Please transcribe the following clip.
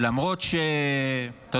מצמרר, וואו.